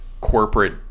corporate